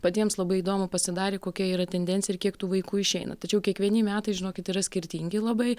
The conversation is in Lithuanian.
patiems labai įdomu pasidarė kokia yra tendencija ir kiek tų vaikų išeina tačiau kiekvieni metai žinokit yra skirtingi labai